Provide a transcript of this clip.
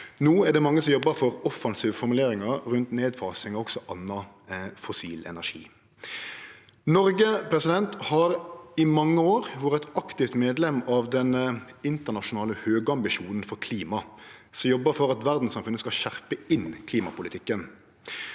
No er det mange som jobbar for offensive formuleringar rundt nedfasing av annan fossil energi òg. Noreg har i mange år vore eit aktivt medlem av den internasjonale høgambisjonen for klima, som jobbar for at verdssamfunnet skal skjerpe inn klimapolitikken.